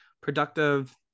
productive